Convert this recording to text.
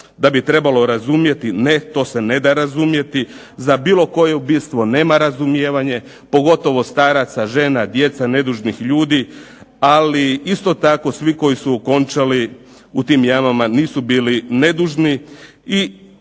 da bi trebalo razumjeti, ne to se ne da razumjeti, za bilo koje ubistvo nema razumijevanje, pogotovo staraca, žena, djece, nedužnih ljudi, ali isto tako svi koji su okončali u tim jamama nisu bili nedužni